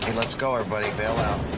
and let's go everybody. bail out.